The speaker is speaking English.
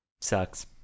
Sucks